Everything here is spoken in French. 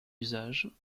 usage